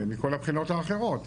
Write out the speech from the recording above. מכל הבחינות האחרות.